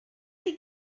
chi